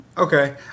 Okay